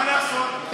מה לעשות?